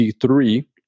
three